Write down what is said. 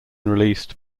released